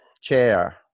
Chair